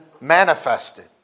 manifested